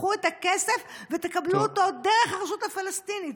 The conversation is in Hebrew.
קחו את הכסף ותקבלו אותו דרך הרשות הפלסטינית.